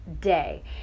day